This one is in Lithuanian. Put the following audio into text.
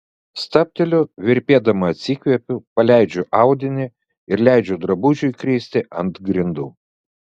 stabteliu virpėdama atsikvepiu paleidžiu audinį ir leidžiu drabužiui kristi ant grindų